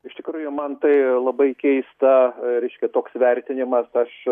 iš tikrųjų man tai labai keista reiškia toks vertinimas aš